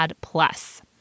plus